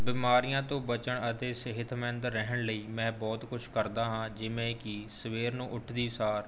ਬਿਮਾਰੀਆਂ ਤੋ ਬਚਣ ਅਤੇ ਸਿਹਤਮੰਦ ਰਹਿਣ ਲਈ ਮੈਂ ਬਹੁਤ ਕੁਛ ਕਰਦਾ ਹਾਂ ਜਿਵੇਂ ਕਿ ਸਵੇਰ ਨੂੰ ਉੱਠਦੇ ਸਾਰ